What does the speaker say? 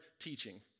teaching